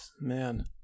Man